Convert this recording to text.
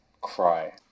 cry